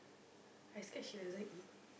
I scared she doesn't eat